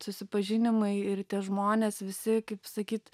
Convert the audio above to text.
susipažinimai ir tie žmonės visi kaip sakyt